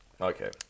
Okay